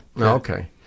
Okay